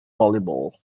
volleyball